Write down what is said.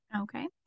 okay